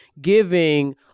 giving